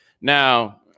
Now